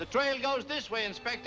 the trail goes this way inspect